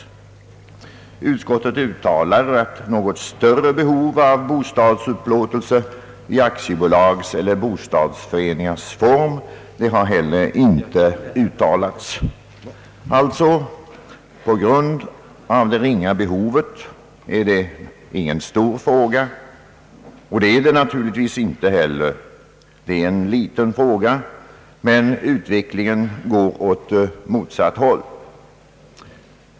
Utskottet framhåller: »Något större behov av bostadsupplåtelse i aktiebolags eller bostadsföreningars form har inte heller uttalats.» På grund av det ringa behovet av bostadsupplåtelse är detta inte någon stor fråga utan en liten fråga. Utvecklingen går dock åt motsatt håll.